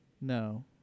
No